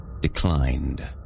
declined